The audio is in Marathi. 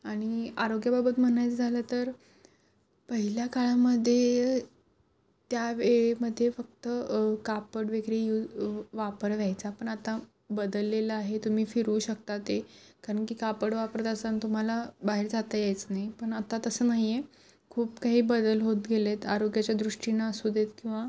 आणि आरोग्याबाबत म्हणायचं झालं तर पहिल्या काळामध्ये त्यावेळेमध्ये फक्त कापड वगैरे यू वापर व्हायचा पण आता बदललेला आहे तुम्ही फिरू शकता ते कारण की कापड वापरत असाल तुम्हाला बाहेर जाता यायचं नाही पण आता तसं नाही आहे खूप काही बदल होत गेले आहेत आरोग्याच्या दृष्टीनं असू देत किंवा